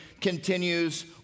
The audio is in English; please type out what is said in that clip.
continues